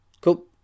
Cool